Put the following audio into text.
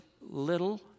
little